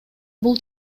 бул